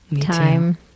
time